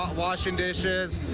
ah washing dishes,